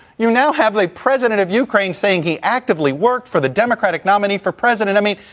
you now have the president of ukraine saying he actively worked for the democratic nominee for president. i mean,